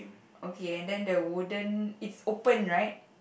okay and then the wooden it's open right